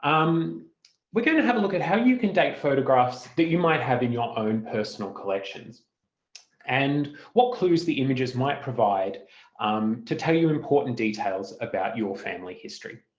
um we're going to have a look at how you can date photographs that you might have in your own personal collections and what clues the images might provide um to tell you important details about your family history.